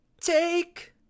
Take